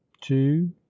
two